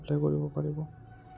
apply কৰিব পাৰিব